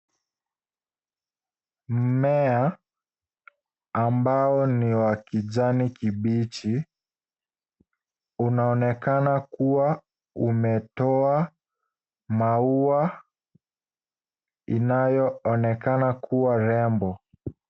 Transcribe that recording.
Mmea ambao ni wa kijani kibichi unaonekana kuwa umetoa maua inayoonekana kuwa ni rembo.